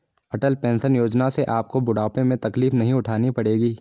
अटल pension योजना से आपको बुढ़ापे में तकलीफ नहीं उठानी पड़ेगी